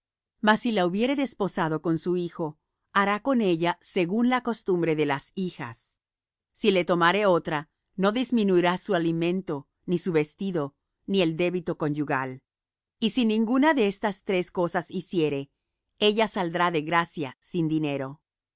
mas si la hubiere desposado con su hijo hará con ella según la costumbre de las hijas si le tomare otra no disminuirá su alimento ni su vestido ni el débito conyugal y si ninguna de estas tres cosas hiciere ella saldrá de gracia sin dinero